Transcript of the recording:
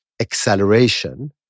acceleration